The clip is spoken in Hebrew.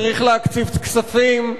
צריך להקציב כספים.